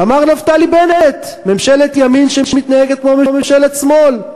אמר נפתלי בנט: ממשלת ימין שמתנהגת כמו ממשלת שמאל.